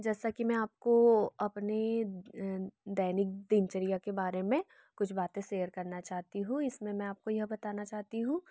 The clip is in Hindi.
जैसा कि मैं आपको अपनी दैनिक दिनचर्या के बारे में कुछ बाते शेयर करना चाहती हूँ इसमें मैं आपको यह बताना चाहती हूँ